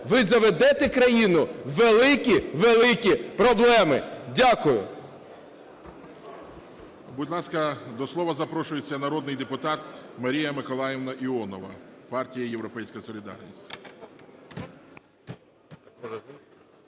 ви заведете країну в великі-великі проблеми. Дякую.